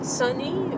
sunny